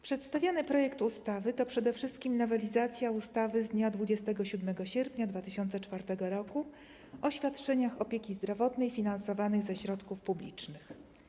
Przedstawiony projekt ustawy to przede wszystkim nowelizacja ustawy z dnia 27 sierpnia 2004 r. o świadczeniach opieki zdrowotnej finansowanych ze środków publicznych.